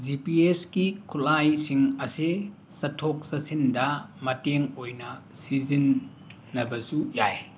G P ꯑꯦꯁꯀꯤ ꯈꯨꯠꯂꯥꯏꯁꯤꯡ ꯑꯁꯦ ꯆꯠꯊꯣꯛ ꯆꯠꯁꯤꯟꯗ ꯃꯇꯦꯡ ꯑꯣꯏꯅ ꯁꯤꯖꯤꯟꯅꯕꯁꯨ ꯌꯥꯏ